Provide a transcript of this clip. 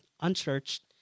unchurched